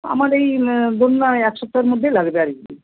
আমার এই ধরুন না ওই এক সপ্তাহের মধ্যেই লাগবে আর কি